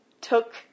took